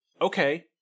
Okay